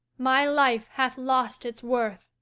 my life hath lost its worth.